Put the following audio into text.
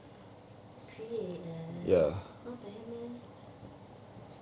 three A_M not tired meh